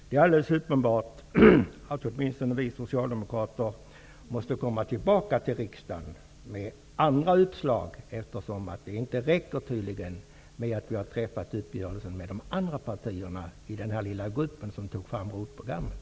Det är alldeles uppenbart att åtminstone vi socialdemokrater måste komma tillbaka till riksdagen med andra utslag, eftersom det tydligen inte räcker med att vi har träffat en uppgörelse med de andra partierna i den lilla grupp som tog fram ROT-programmet.